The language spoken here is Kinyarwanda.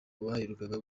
baherukaga